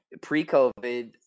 Pre-COVID